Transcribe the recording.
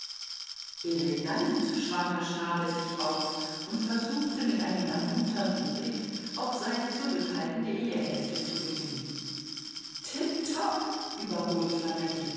elegant schwang herr schnabel sich auf und versuchte mit einem ermunternden blick auch seine zurückhaltende ehehälfte zu gewinnen tipp topp überbot